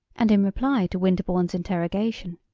and in reply to winterbourne's interrogation,